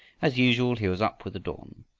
as usual he was up with the dawn,